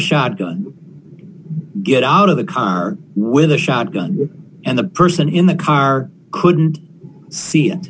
shotgun get out of the car with a shotgun and the person in the car couldn't see